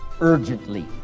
urgently